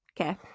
Okay